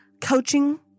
coaching